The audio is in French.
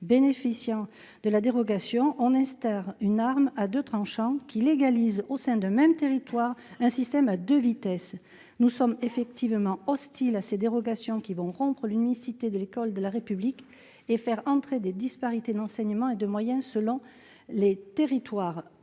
bénéficiant de la dérogation, on crée une arme à deux tranchants, qui légalise, au sein d'un même territoire, un système à deux vitesses. Nous sommes hostiles à ces dérogations, qui vont rompre l'unicité de l'école de la République et faire entrer des disparités d'enseignement et de moyens selon les territoires.